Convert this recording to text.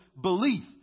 belief